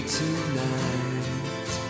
tonight